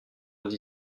aux